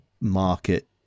market